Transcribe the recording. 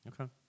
Okay